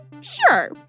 Sure